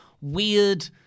weird